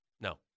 No